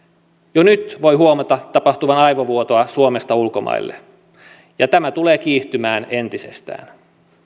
jo nyt voi huomata tapahtuvan aivovuotoa suomesta ulkomaille ja tämä tulee kiihtymään entisestään